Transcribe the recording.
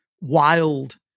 wild